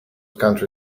country